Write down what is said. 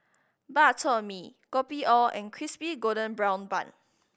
Bak Chor Mee Kopi O and Crispy Golden Brown Bun